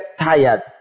tired